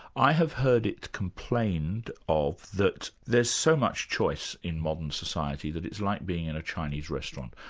i have heard it complained of that there's so much choice in modern society that it's like being in a chinese restaurant.